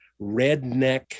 redneck